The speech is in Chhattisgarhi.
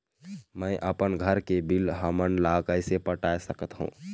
मैं अपन घर के बिल हमन ला कैसे पटाए सकत हो?